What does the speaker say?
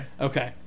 okay